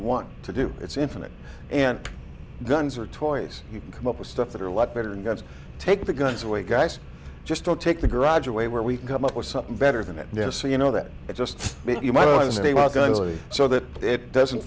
want to do it's infinite and guns are toys you can come up with stuff that are a lot better than guns take the guns away guys just don't take the garage away where we can come up with something better than it is so you know that it's just you might go so that it doesn't